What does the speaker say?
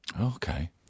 Okay